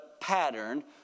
pattern